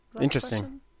interesting